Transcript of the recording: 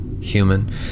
human